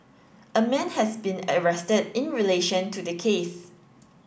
a man has been arrested in relation to the case